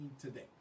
today